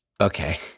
Okay